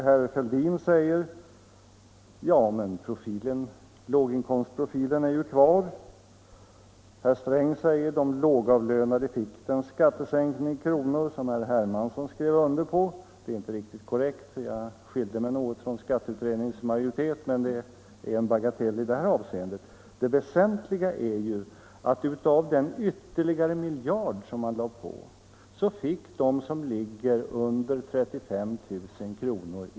Herr Fälldin säger: ”Ja, men låginkomstprofilen är ju kvar.” Herr Sträng säger: ”De lågavlönade fick den skattesänkning i kronor som herr Hermansson skrev under.” Det är inte riktigt korrekt, för jag skilde mig något från skatteutredningens majoritet, men det är en bagatell i det här sammanhanget. Det väsentliga är ju att av den ytterligare miljard som man lade på fick de som ligger under 35 000 kr.